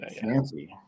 fancy